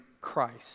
Christ